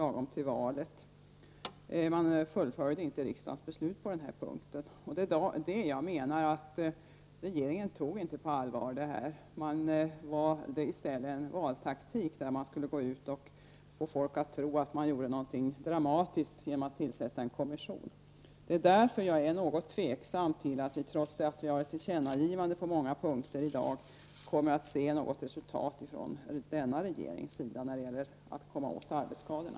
Man fullföljde alltså inte riksdagens beslut på den här punkten. Jag menar att regeringen inte tog detta på allvar. Den valde i stället en valtaktik som gick ut på att få folk att tro att man gjorde någonting dramatiskt när man tillsatte en kommission. Jag är därför något tveksam till att vi, trots att vi i betänkandet har ett tillkännagivande på många punkter, kommer att se något resultat från denna regering när det gäller att komma åt arbetsskadorna.